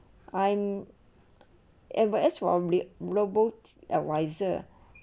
I'm and as formulate rowboats adviser